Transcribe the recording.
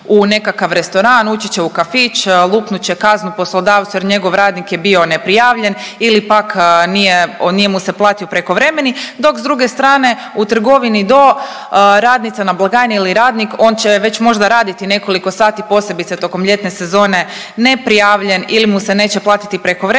u nekakav restoran, ući će u kafić, lupnut će kaznu poslodavcu jer njegov radnik je bio neprijavljen ili pak nije, nije mu se platio prekovremeni, dok s druge strane u trgovini do radnica na blagajni ili radnik on će već možda raditi nekoliko sati posebice tokom ljetne sezone neprijavljen ili mu se neće raditi prekovremeni,